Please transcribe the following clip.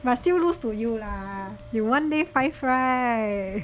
but still lose to you lah you one day five right